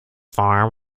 form